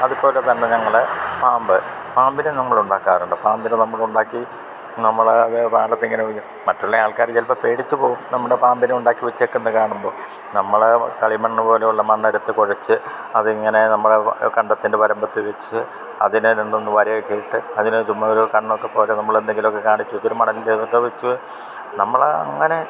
അതുപോലെ തന്നെ ഞങ്ങൾ പാമ്പ് പാമ്പിനെ നമ്മൾ ഉണ്ടാക്കാറുണ്ട് പാമ്പിനെ നമ്മൾ ഉണ്ടാക്കി നമ്മൾ അത് പാടത്തിങ്ങനെ വെക്കും മറ്റുള്ളെ ആൾക്കാര് ചിലപ്പം പേടിച്ച് പോകും നമ്മുടെ പാമ്പിനെ ഒണ്ടാക്കി വെച്ചേക്കുന്നെ കാണുമ്പോൾ നമ്മൾ കളിമണ്ണ് പോലെയൊള്ള മണ്ണെടുത്ത് കൊഴച്ച് അതിങ്ങനെ നമ്മടെ വാ കണ്ടത്തിൻ്റെ വരമ്പത്ത് വെച്ച് അതിനെ രണ്ടുന്ന് വരയൊക്കെ ഇട്ട് അതിന് ചുമ്മാ ഒരു കണ്ണൊക്കെ പോലെ നമ്മള് എന്തെങ്കിലൊക്കെ കാണിച്ച് വെച്ചൊരു മടലിന്റെ ഇതൊക്കെ വെച്ച് നമ്മൾ അങ്ങനെ